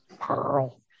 Pearl